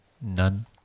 None